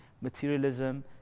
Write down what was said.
materialism